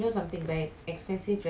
restaurant இல்லை:illai lah